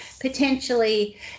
potentially